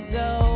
go